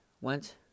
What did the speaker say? went